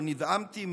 או נדהמתי,